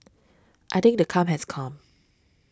I think the come has come